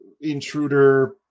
intruder